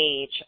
age